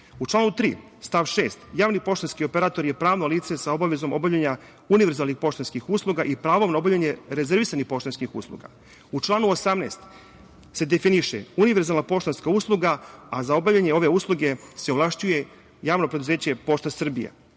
članu 3. stav 6. – javni poštanski operator je pravno lice sa obavezom obavljanja univerzalnih poštanskih usluga i pravo na obavljanje rezervnih poštanskih usluga.U članu 18. se definiše univerzalna poštanska usluga, a za obavljanje ove usluge se ovlašćuje Javno preduzeće „Pošta Srbija“.Član